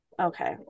Okay